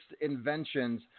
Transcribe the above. inventions